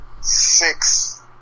six